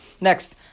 next